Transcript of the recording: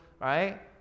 right